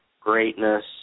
greatness